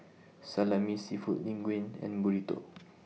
Salami Seafood Linguine and Burrito